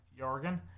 Jorgen